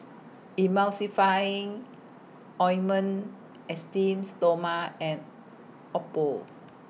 Emulsifying Ointment Esteem Stoma and Oppo